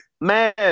Man